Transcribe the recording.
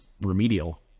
remedial